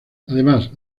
además